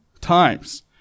times